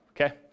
okay